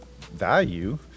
value